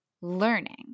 learning